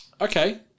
okay